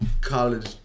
College